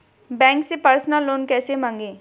Bank से personal loan कैसे मांगें?